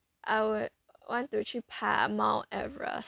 I would want to 去爬 Mount Everest